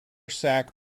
sac